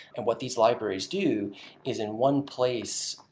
and what these libraries do is, in one place,